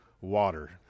water